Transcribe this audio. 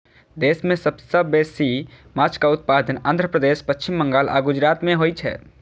देश मे सबसं बेसी माछक उत्पादन आंध्र प्रदेश, पश्चिम बंगाल आ गुजरात मे होइ छै